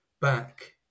back